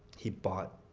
he'd bought